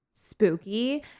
spooky